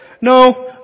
no